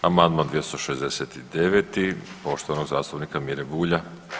Amandman 269. poštovanog zastupnika Mire Bulja.